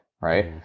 right